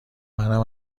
منم